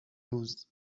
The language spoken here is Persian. روز